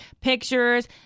pictures